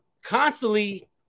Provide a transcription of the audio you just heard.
Constantly